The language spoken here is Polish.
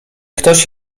ktoś